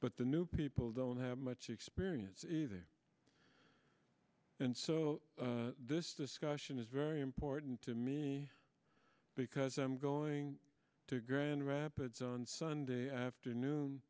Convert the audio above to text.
but the new people don't have much experience either and so this discussion is very important to me because i'm going to grand rapids on sunday afternoon